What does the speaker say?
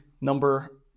number